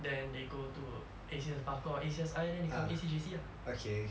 then they go to A_C_S barker or A_C_S_I then they come A_C J_C lah